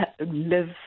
live